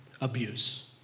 abuse